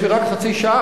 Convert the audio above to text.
יש לי רק חצי שעה,